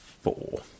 four